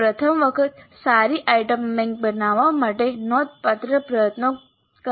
તે પ્રથમ વખત સારી આઇટમ બેંક બનાવવા માટે નોંધપાત્ર પ્રયત્નો કરે છે